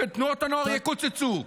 ותנועות הנוער יקוצצו.